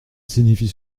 signifie